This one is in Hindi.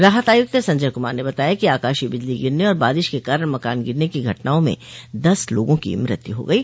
राहत आयुक्त संजय कुमार ने बताया कि आकाशीय बिजली गिरने और बारिश के कारण मकान गिरने की घटनाओं में दस लोगों की मृत्यु हो गयी